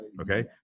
Okay